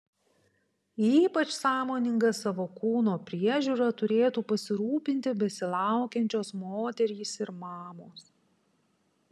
ypač sąmoninga savo kūno priežiūra turėtų pasirūpinti besilaukiančios moterys ir mamos